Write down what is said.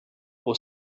aux